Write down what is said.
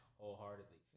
wholeheartedly